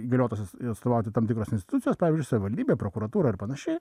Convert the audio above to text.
įgaliotas atstovauti tam tikros institucijos pavyzdžiui savivaldybė prokuratūra ir panašiai